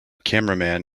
cameraman